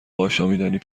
آشامیدنی